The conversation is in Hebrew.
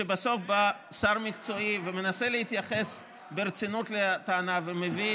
כשבסוף בא שר מקצועי ומנסה להתייחס ברצינות לטענה ומביא